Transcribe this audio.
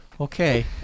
Okay